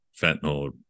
fentanyl